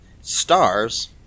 stars